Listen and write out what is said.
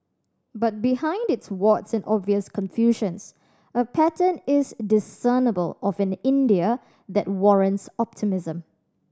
but behind its warts and obvious confusions a pattern is discernible of an India that warrants optimism